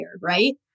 right